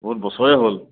বহুত বছৰেই হ'ল